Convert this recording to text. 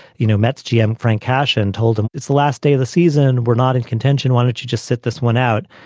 you know, mets, gm, frank cash and told him it's the last day of the season. we're not in contention, wanted to just sit this one out.